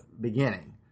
beginning